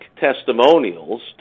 testimonials